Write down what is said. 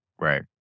right